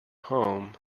home